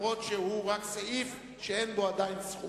אף שהוא סעיף שאין בו עדיין סכום.